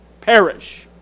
Perish